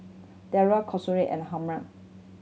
Darry Consuela and Harm